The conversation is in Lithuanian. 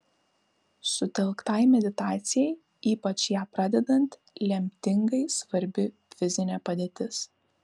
sutelktai meditacijai ypač ją pradedant lemtingai svarbi fizinė padėtis